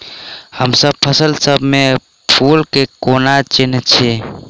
हमसब फसल सब मे फूल केँ कोना चिन्है छी?